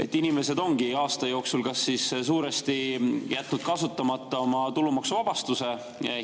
et inimesed ongi aasta jooksul kas siis suuresti jätnud kasutamata oma tulumaksuvabastuse